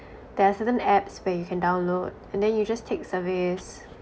there are certain apps where you can download and then you just take surveys